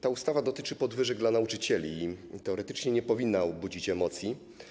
Ta ustawa dotyczy podwyżek dla nauczycieli i teoretycznie nie powinna budzić emocji.